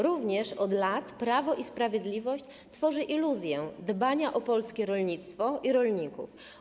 Również od lat Prawo i Sprawiedliwość tworzy iluzję dbania o polskie rolnictwo i rolników.